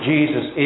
Jesus